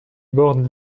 borde